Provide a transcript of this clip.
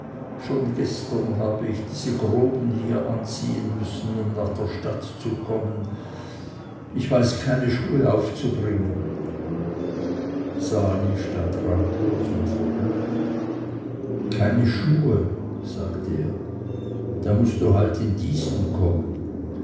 schon gestern habe ich diese groben hier anziehen müssen um nach der stadt zu kommen ich weiß keine schuhe aufzubringen sali stand ratlos und verblüfft keine schuhe sagte er da mußt du halt in diesen kommen